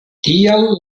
tial